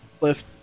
lift